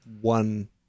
one